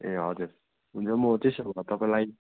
ए हजुर हुन्छ म त्यसो भए तपाईँलाई